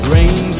Rain